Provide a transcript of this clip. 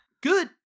Good